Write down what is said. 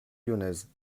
lyonnaise